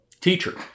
Teacher